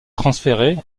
transféré